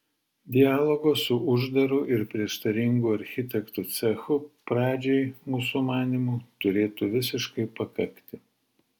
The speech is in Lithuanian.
dialogo su uždaru ir prieštaringu architektų cechu pradžiai mūsų manymu turėtų visiškai pakakti